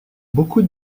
beaucoup